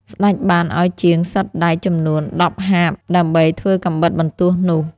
ស្ដេចបានឱ្យជាងសិតដែកចំនួនដប់ហាបដើម្បីធ្វើកាំបិតបន្ទោះនោះ។